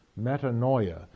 metanoia